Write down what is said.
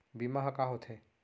बीमा ह का होथे?